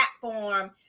platform